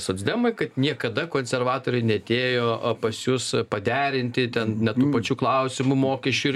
socdemai kad niekada konservatoriai neatėjo pas jus paderinti ten net tų pačių klausimų mokesčių ir